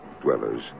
dwellers